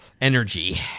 energy